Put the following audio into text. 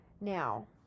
Now